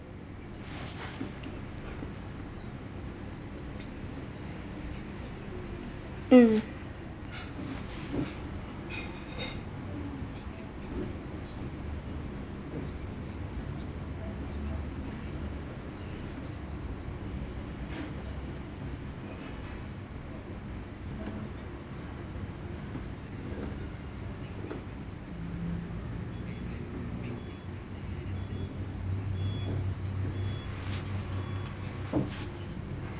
mm